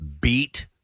beat